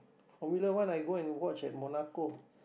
Formula-One I go and watch at monaco